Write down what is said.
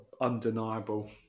undeniable